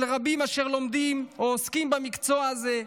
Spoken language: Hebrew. רבים אשר לומדים או עוסקים במקצוע הזה,